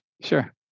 Sure